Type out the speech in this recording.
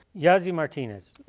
yazzi martinez,